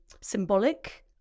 symbolic